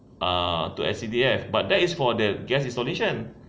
ah to S_C_D_F but that is for the gas installation